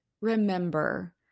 remember